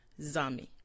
Zami